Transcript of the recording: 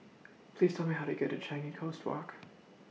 Please Tell Me How to get to Changi Coast Walk